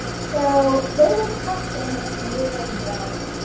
so they were testing a nasal gel,